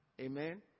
Amen